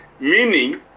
Meaning